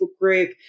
group